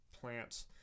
plants